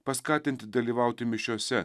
paskatinti dalyvauti mišiose